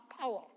power